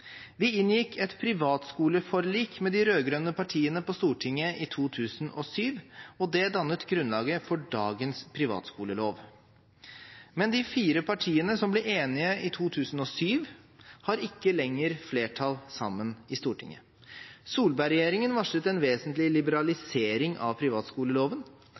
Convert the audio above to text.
Vi inngikk et privatskoleforlik med de rød-grønne partiene på Stortinget i 2007, og det dannet grunnlaget for dagens privatskolelov. Men de fire partiene som ble enige i 2007, har ikke lenger flertall sammen i Stortinget. Solberg-regjeringen varslet en vesentlig liberalisering av privatskoleloven.